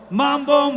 mambo